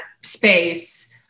space